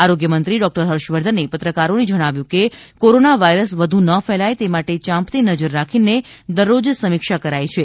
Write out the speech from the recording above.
આરોગ્યમંત્રી ડોક્ટર હર્ષવર્ધને પત્રકારોને જણાવ્યું કે કોરોના વાયરસ વધુ ન ફેલાય તે માટે યાંપતી નજર રાખીને દરરોજ સમીક્ષા કરાય છે